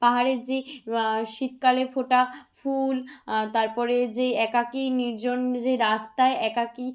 পাহাড়ের যে শীতকালে ফোটা ফুল তার পরে যেই একাকী নির্জন যে রাস্তায় একাকী